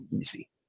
easy